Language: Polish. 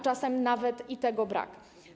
Czasem nawet tego brak.